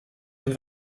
une